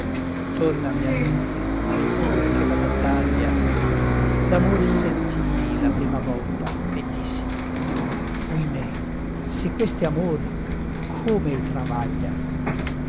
tornami a mente il dì che la battaglia d'amor sentii la prima volta e dissi oimè se quest'è amor com'ei travaglia